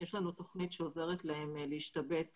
יש לנו תוכנית שעוזרת להם להשתבץ